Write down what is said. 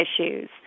issues